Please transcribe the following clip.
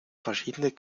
verschiedene